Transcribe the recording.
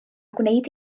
gwneud